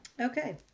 Okay